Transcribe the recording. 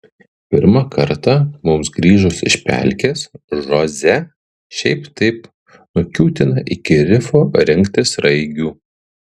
pirmą kartą mums grįžus iš pelkės žoze šiaip taip nukiūtina iki rifo rinkti sraigių